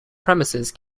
premises